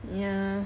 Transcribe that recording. yeah